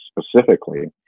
specifically